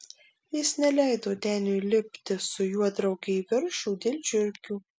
jis neleido deniui lipti su juo drauge į viršų dėl žiurkių